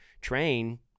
train